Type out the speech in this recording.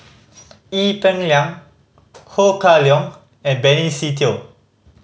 Ee Peng Liang Ho Kah Leong and Benny Se Teo